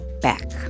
back